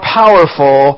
powerful